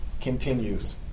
continues